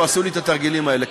ועשו לי את התרגילים האלה.